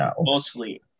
Mostly